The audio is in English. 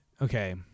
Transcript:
okay